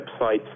websites